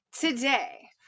today